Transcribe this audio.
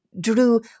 drew